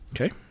Okay